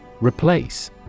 Replace